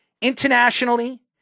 internationally